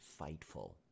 Fightful